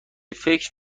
فکر